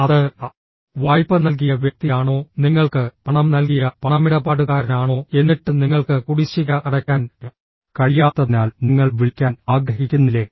അത് വായ്പ നൽകിയ വ്യക്തിയാണോ നിങ്ങൾക്ക് പണം നൽകിയ പണമിടപാടുകാരനാണോ എന്നിട്ട് നിങ്ങൾക്ക് കുടിശ്ശിക അടയ്ക്കാൻ കഴിയാത്തതിനാൽ നിങ്ങൾ വിളിക്കാൻ ആഗ്രഹിക്കുന്നില്ലെ